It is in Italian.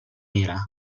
nera